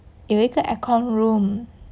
有一个 aircon room